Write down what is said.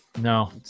no